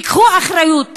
תיקחו אחריות,